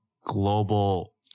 global